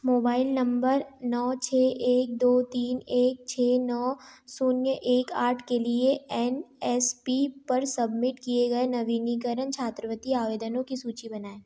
mobile number नौ छः एक दो तीन एक छः नौ शून्य एक आठ के लिए एन एस पी पर सबमिट किए गए नवीनीकरण छात्रवित्ति आवेदनों की सूची बनाएँ